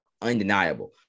Undeniable